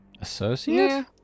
Associate